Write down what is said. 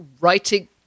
writing